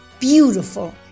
beautiful